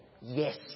Yes